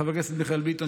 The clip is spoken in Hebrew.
חבר כנסת מיכאל ביטון,